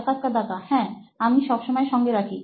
সাক্ষাৎকারদাতা হ্যাঁ আমি সবসময় সঙ্গে রাখি